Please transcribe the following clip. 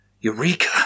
Eureka